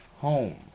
home